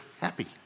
happy